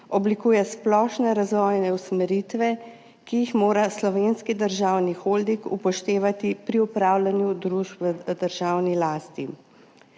oblikuje splošne razvojne usmeritve, ki jih mora Slovenski državni holding upoštevati pri upravljanju družb v državni lasti.